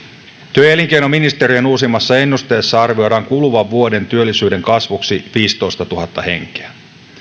työ ja elinkeinoministeriön uusimmassa ennusteessa arvioidaan kuluvan vuoden työllisyyden kasvuksi viisitoistatuhatta henkeä